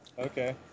Okay